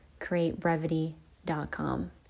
createbrevity.com